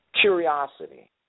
Curiosity